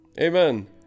Amen